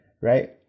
right